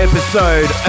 Episode